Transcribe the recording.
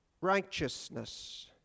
righteousness